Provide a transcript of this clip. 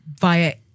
via